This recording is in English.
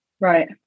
Right